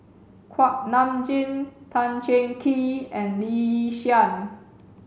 Kuak Nam Jin Tan Cheng Kee and Lee Yi Shyan